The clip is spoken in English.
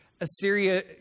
Assyria